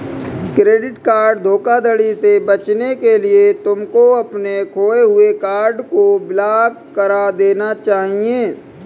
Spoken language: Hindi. क्रेडिट कार्ड धोखाधड़ी से बचने के लिए तुमको अपने खोए हुए कार्ड को ब्लॉक करा देना चाहिए